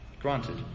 Granted